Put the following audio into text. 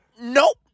nope